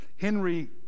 Henry